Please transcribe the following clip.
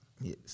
Yes